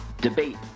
debate